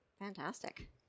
Fantastic